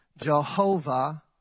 Jehovah